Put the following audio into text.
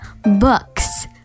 Books